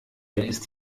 ist